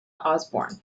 osborne